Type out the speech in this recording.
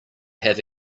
have